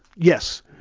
yes.